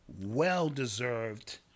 well-deserved